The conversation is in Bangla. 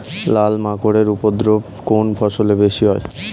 লাল মাকড় এর উপদ্রব কোন ফসলে বেশি হয়?